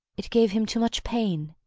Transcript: it gave him too much pain.